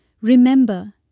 Remember